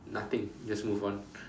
nothing just move on